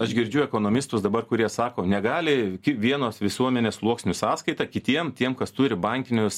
aš girdžiu ekonomistus dabar kurie sako negali vienos visuomenės sluoksnių sąskaita kitiem tiem kas turi bankinius